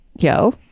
yo